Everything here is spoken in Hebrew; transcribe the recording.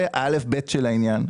זה הא'-ב' של העניין.